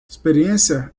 experiência